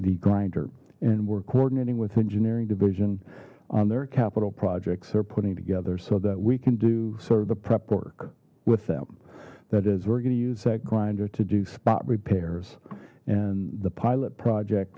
the grinder and we're coordinating with engineering division on their capital projects they're putting together so that we can do sort of the prep work with them that is we're gonna use that grinder to do spot repairs and the pilot project